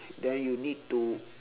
then you need to